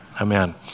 Amen